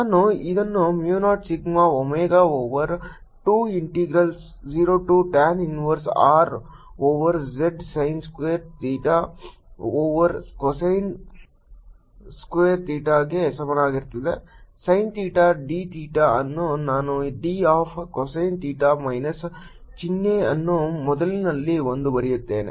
ನಾನು ಇದನ್ನು mu 0 sigma omega over 2 integral 0 to tan inverse R over z sin square theta over cosine square theta ಗೆ ಸಮನಾಗಿರುತ್ತದೆ sine theta d theta ಅನ್ನು ನಾನು d of cosine theta minus ಚಿನ್ಹೆ ಅನ್ನು ಮೊದಲಿನಲ್ಲಿ ಎಂದು ಬರೆಯುತ್ತೇನೆ